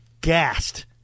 gassed